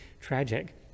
tragic